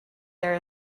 there